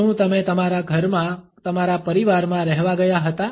શું તમે તમારા ઘરમાં તમારા પરિવારમાં રહેવા ગયા હતા